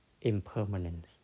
impermanent